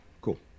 Cool